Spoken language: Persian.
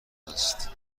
است